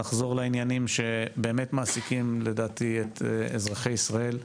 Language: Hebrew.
נחזור לעניינים שבאמת מעסיקים את אזרחי ישראל,